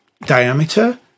diameter